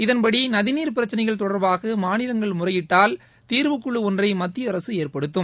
இதன்படி நதிநீர் பிரச்சினைகள் தொடர்பாக மாநிலங்கள் முறையிட்டால் தீர்வு குழு ஒன்றை மத்திய அரசு ஏற்படுத்தும்